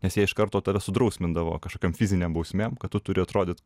nes jie iš karto tave sudrausmindavo kažkokiom fizinėm bausmėm kad tu turi atrodyt